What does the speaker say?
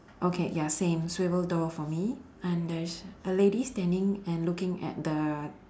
okay ya same swivel door for me and there's a lady standing and looking at the